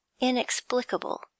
inexplicable